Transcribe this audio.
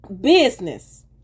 business